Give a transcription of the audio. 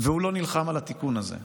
והוא לא נלחם על התיקון הזה.